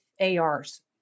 ARs